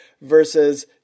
versus